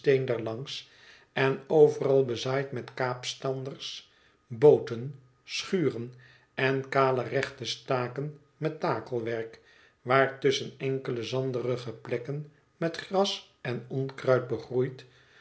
daarlangs en overal bezaaid met kaapstanders booten schuren en kale rechte staken met takelwerk waartusschen enkele zanderige plekken met gras en onkruid begroeid